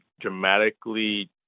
dramatically